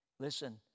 Listen